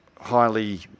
highly